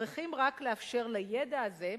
צריכים רק לאפשר לידע הזה,